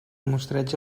mostreig